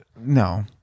no